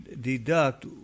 deduct